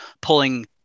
pulling